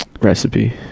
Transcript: Recipe